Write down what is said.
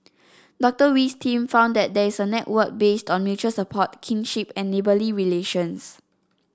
Docter Wee's team found that there is a network based on mutual support kinship and neighbourly relations